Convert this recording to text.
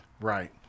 Right